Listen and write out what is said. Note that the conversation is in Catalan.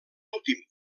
últim